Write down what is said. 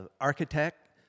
architect